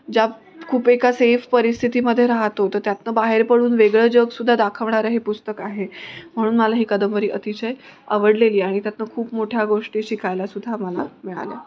ज्या खूप एका सेफ परिस्थितीमध्ये राहतो तर त्यातून बाहेर पडून वेगळं जग सुद्धा दाखवणारं हे पुस्तक आहे म्हणून मला ही कादंबरी अतिशय आवडलेली आणि त्यातून खूप मोठ्या गोष्टी शिकायलासुद्धा मला मिळाल्या